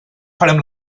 farem